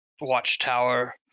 watchtower